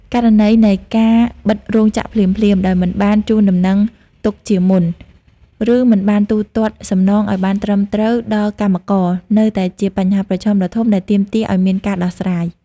ករណីនៃការបិទរោងចក្រភ្លាមៗដោយមិនបានជូនដំណឹងទុកជាមុន ឬមិនបានទូទាត់សំណងឱ្យបានត្រឹមត្រូវដល់កម្មករ នៅតែជាបញ្ហាប្រឈមដ៏ធំដែលទាមទារឱ្យមានការដោះស្រាយ។